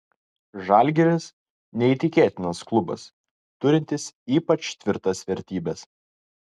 žalgiris neįtikėtinas klubas turintis ypač tvirtas vertybes